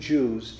Jews